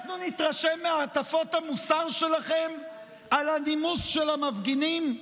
ושאנחנו נתרשם מהטפות המוסר שלכם על הנימוס של המפגינים?